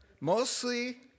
Mostly